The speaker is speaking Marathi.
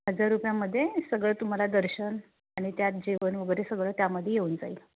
हजार रुपयामध्ये सगळं तुम्हाला दर्शन आणि त्यात जेवण वगैरे सगळं त्यामध्ये येऊन जाईल